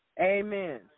Amen